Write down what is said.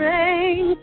Rain